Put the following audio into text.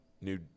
New